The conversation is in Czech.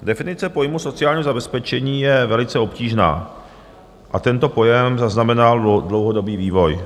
Definice pojmu sociálního zabezpečení je velice obtížná a tento pojem zaznamenal dlouhodobý vývoj.